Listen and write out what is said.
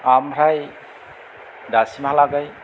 ओमफ्राय दासिमहालागै